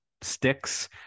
sticks